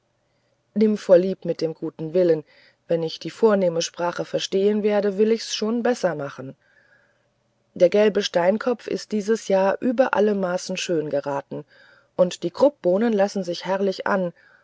nimm vorlieb mit dem guten willen wenn ich die vornehme sprache verstehen werde will ich's schon besser machen der gelbe steinkopf ist dieses jahr über alle maßen schön geraten und die krupbohnen lassen sich herrlich an